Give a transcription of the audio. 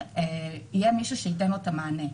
יהיה מישהו שייתן לו את המענה.